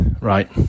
right